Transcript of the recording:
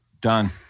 Done